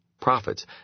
profits